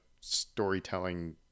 storytelling